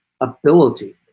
ability